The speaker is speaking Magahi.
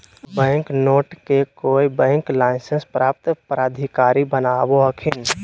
बैंक नोट के कोय बैंक लाइसेंस प्राप्त प्राधिकारी बनावो हखिन